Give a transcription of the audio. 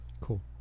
Cool